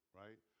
right